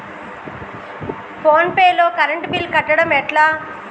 Phone pay లో current bill కట్టడం ఎట్లా?